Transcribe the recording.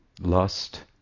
lust